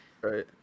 right